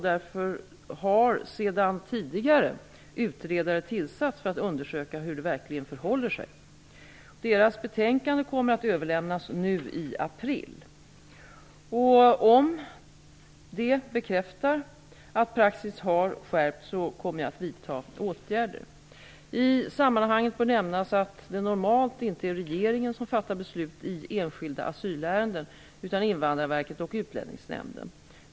Därför har sedan tidigare utredare tillsatts för att undersöka hur det verkligen förhåller sig. Deras betänkande kommer att överlämnas nu i april. Och om det bekräftar att praxis har skärpts kommer jag att vidta åtgärder. I sammanhanget bör nämnas att det normalt inte är regeringen som fattar beslut i enskilda asylärenden, utan Invandrarverket och Utlänningsnämnden.